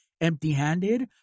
empty-handed